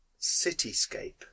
cityscape